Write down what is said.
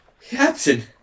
Captain